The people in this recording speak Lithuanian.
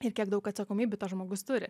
ir kiek daug atsakomybių tas žmogus turi